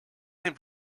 him